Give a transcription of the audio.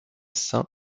sein